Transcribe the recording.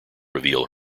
reveal